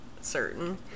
certain